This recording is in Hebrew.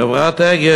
חברת "אגד",